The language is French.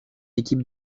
équipe